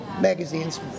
magazines